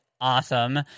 awesome